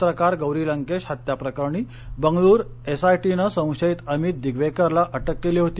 पत्रकार गौरी लंकेश हत्या प्रकरणी बंगळूर एसआयटीने संशयित अमित दिगवेकरला अटक केली होती